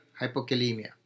hypokalemia